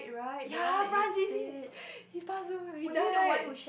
ya he passed away he died